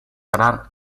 ganar